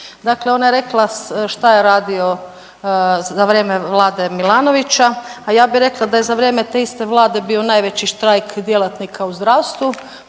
Dakle, ona je rekla šta je radio za vrijeme Vlade Milanovića, a ja bi rekla da je za vrijeme te iste Vlade bio najveći štrajk djelatnika u zdravstvu,